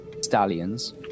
stallions